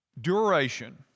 duration